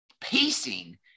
pacing